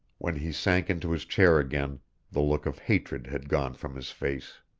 when he sank into his chair again the look of hatred had gone from his face.